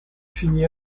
finit